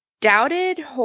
doubted